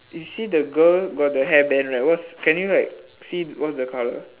you see the girl got the hairband right what's can you like see what's the colour